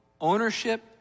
Ownership